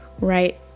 right